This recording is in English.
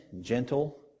gentle